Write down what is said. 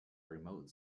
remote